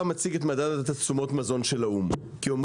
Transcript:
מדד תשומות המזון של האו"ם גבוה כיום